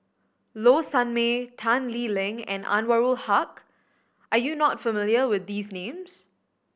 Low Sanmay Tan Lee Leng and Anwarul Haque are you not familiar with these names